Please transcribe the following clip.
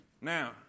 Now